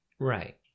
Right